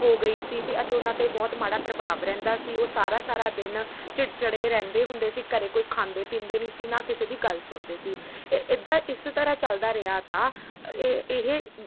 ਹੋ ਗਈ ਸੀ ਤੇ ਅਤੇ ਉਹਨਾਂ 'ਤੇ ਬਹੁਤ ਮਾੜਾ ਪ੍ਰਭਾਵ ਰਹਿੰਦਾ ਸੀ ਉਹ ਸਾਰਾ ਸਾਰਾ ਦਿਨ ਚਿੜਚਿੜੇ ਰਹਿੰਦੇ ਹੁੰਦੇ ਸੀ ਘਰ ਕੋਈ ਖਾਂਦੇ ਪੀਂਦੇ ਨਹੀਂ ਸੀ ਨਾ ਕਿਸੇ ਦੀ ਗੱਲ ਸੁਣਦੇ ਸੀ ਇੱਦਾਂ ਇਸ ਤਰ੍ਹਾਂ ਚੱਲਦਾ ਰਿਹਾ ਤਾਂ ਇਹ ਇਹ